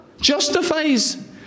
justifies